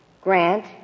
grant